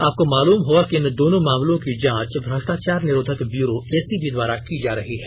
आपको मालूम होगा कि इन दोनों मामलों की जांच भ्रष्टाचार निरोधक ब्यूरो एसीबी द्वारा की जा रही है